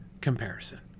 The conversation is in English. comparison